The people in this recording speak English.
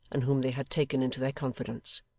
and whom they had taken into their confidence.